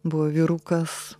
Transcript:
buvo vyrukas